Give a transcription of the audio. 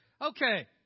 Okay